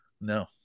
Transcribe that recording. No